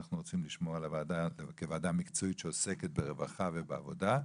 שאנחנו רוצים לשמור על הוועדה כוועדה מקצועית שעוסקת ברווחה ובעבודה.